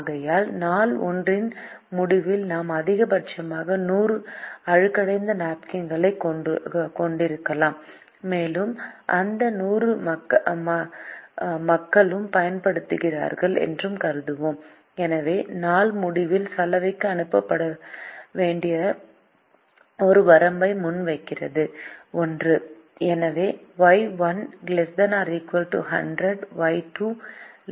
ஆகையால் நாள் 1 இன் முடிவில் நாம் அதிகபட்சமாக 100 அழுக்கடைந்த நாப்கின்களைக் கொண்டிருக்கலாம் மேலும் இந்த 100 மக்களும் பயன்படுத்தப்படுகிறார்கள் என்று கருதுவோம் எனவே நாள் முடிவில் சலவைக்கு அனுப்பக்கூடியவற்றிற்கு ஒரு வரம்பை முன்வைக்கிறது 1